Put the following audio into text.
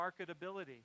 marketability